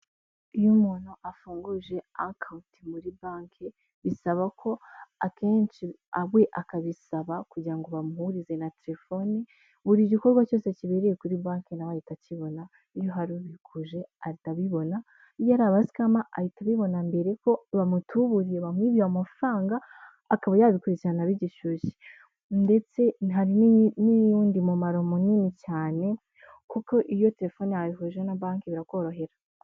Iyo umuntu afunguje akawunti muri banki bisaba ko akenshi we akabisaba kugira ngo bamuhurize na telefone. Buri gikorwa cyose kibereye kuri banki na we ahita akibona. Iyo hari ubikuje ahita abibona. Iyo ari abasikama ahita abibona mbere ko bamutuburiye bamwibiye amafaranga, akaba yabikurikirana bigishyushye. Ndetse hari n'uwundi mumaro munini cyane kuko iyo telefone yawe ihuje na banki birakorohera.